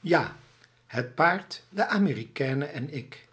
ja het paard de américaine en ik